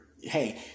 Hey